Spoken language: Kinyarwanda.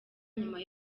nyuma